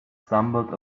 stumbled